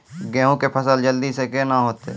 गेहूँ के फसल जल्दी से के ना होते?